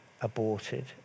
aborted